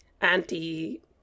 anti